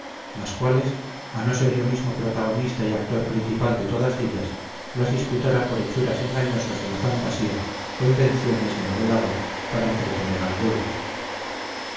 las cuales a no ser yo mismo protagonista y actor principal de todas ellas las diputara por hechuras engañosas de la fantasía o invenciones de novelador para entretener al vulgo